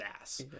ass